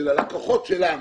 שללקוחות שלנו,